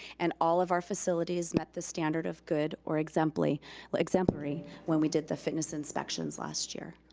and all of our facilities met the standard of good or exemplary ah exemplary when we did the fitness inspections last year.